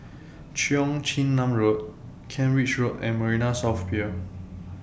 Cheong Chin Nam Road Kent Ridge Road and Marina South Pier